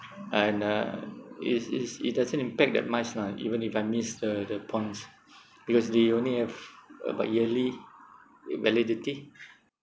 and uh is is it doesn't impact that much lah even if I miss the the points because they only have about yearly validity